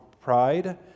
pride